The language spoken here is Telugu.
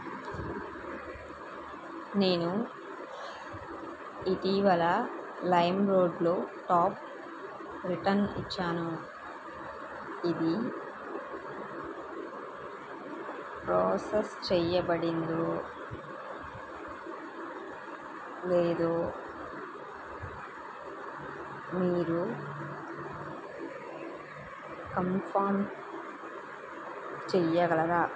నేను ఇటీవల లైమ్రోడ్లో టాప్ రిటర్న్ ఇచ్చాను ఇది ప్రాసెస్ చేయబడిందో లేదో మీరు కన్ఫర్మ్ చేయగలరా